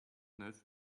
neuf